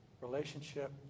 relationship